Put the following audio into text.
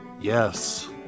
Yes